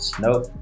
nope